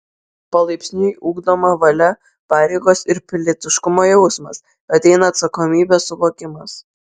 palaipsniui ugdoma valia pareigos ir pilietiškumo jausmas ateina atsakomybės suvokimas